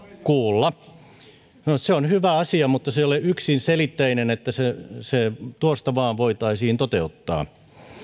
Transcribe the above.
kuulla se on hyvä asia mutta se ei ole yksiselitteinen että se se tuosta vain voitaisiin toteuttaa